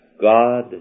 God